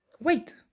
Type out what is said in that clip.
Wait